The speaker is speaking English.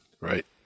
Right